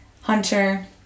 Hunter